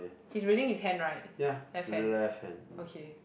he's raising his hand right left hand okay